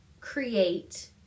create